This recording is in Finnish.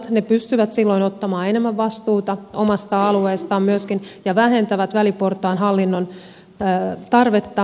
ne pystyvät silloin ottamaan enemmän vastuuta omasta alueestaan myöskin ja vähentävät väliportaan hallinnon tarvetta